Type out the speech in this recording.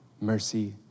mercy